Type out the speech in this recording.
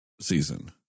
season